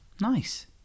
nice